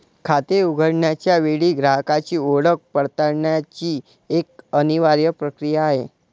खाते उघडण्याच्या वेळी ग्राहकाची ओळख पडताळण्याची एक अनिवार्य प्रक्रिया आहे